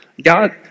God